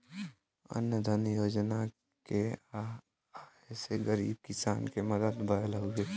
अन्न धन योजना के आये से गरीब किसान के मदद भयल हउवे